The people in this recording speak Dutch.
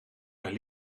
mijn